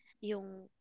yung